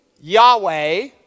Yahweh